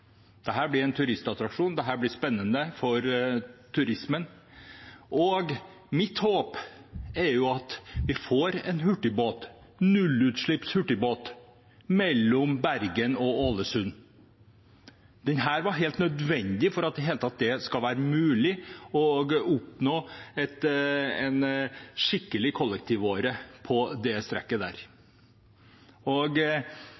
det blir en attraksjon. Dette blir en turistattraksjon, det blir spennende for turismen. Og mitt håp er at vi får en nullutslipps hurtigbåt mellom Bergen og Ålesund. Dette var helt nødvendig for at det i det hele tatt skal være mulig å oppnå en skikkelig kollektivåre på det strekket. Da blir det spennende. Når jeg er på Vestlandet og